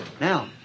Now